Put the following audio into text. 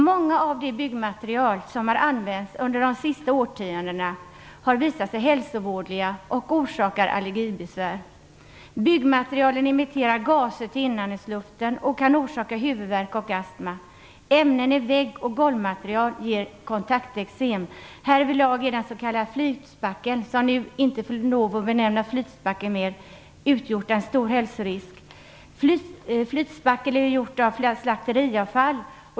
Många av de byggmaterial som har använts under de senaste årtiondena har visat sig hälsovådliga och orsakar allergibesvär. Byggmaterialen emitterar gaser ut i inandningsluften och kan orsaka huvudvärk och astma. Ämnen i vägg och golvmaterial ger kontakteksem. Härvidlag har det s.k. flytspacklet, som vi inte får benämna flytspackel mer, utgjort en stor hälsorisk. Flytspackel är gjort av slakteriavfall.